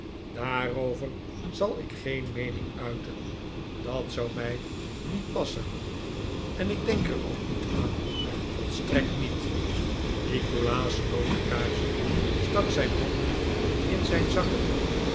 daarover zal ik geen meening uiten dat zou mij niet passen en ik denk er ook niet aan volstrekt niet nikolaas snoot de kaarsen stak zijn handen in zijn zakken